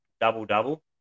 double-double